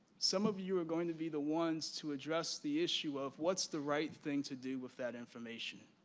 some of you are going to be the ones to address the issue of what's the right thing to do with that information.